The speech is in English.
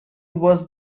was